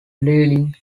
bleeding